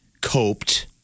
coped